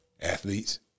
Athletes